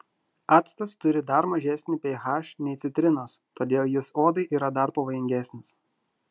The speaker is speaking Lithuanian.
actas turi dar mažesnį ph nei citrinos todėl jis odai yra dar pavojingesnis